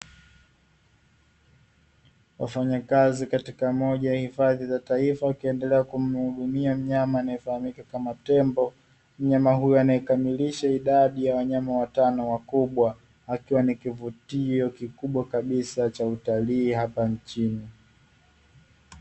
Wafanyakazi katika moja hifadhi za taifa, wakiendelea kumhudumia mnyama anayefahamika kama tembo, mnyama huyo anayekamilisha idadi ya wanyama watano wakubwa akiwa ni kivutio kikubwa kabisa cha utalii hapa nchini.